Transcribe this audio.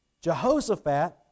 Jehoshaphat